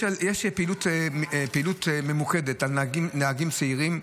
יש פעילות ממוקדת על נהגים צעירים,